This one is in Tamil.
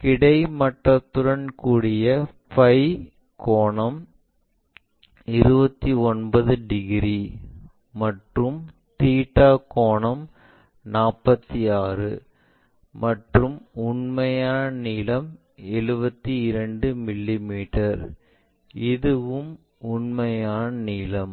கிடைமட்டத்துடன் கூடிய பை கோணம் 29 டிகிரி மற்றும் தீட்டா கோணம் 46 மற்றும் உண்மையான நீளம் 72 மிமீ இதுவும் உண்மையான நீளம்